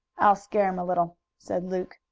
i'll scare him a little, said luke.